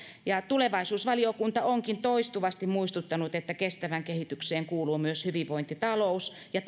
ja tulevaisuusvaliokunta onkin toistuvasti muistuttanut että kestävään kehitykseen kuuluu myös hyvinvointitalous ja